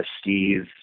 steve